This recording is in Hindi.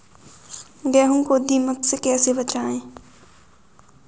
गेहूँ को दीमक से कैसे बचाएँ?